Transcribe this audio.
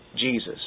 Jesus